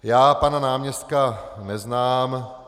Já pana náměstka neznám.